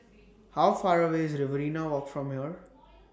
How Far away IS Riverina Walk from here